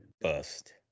bust